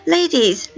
Ladies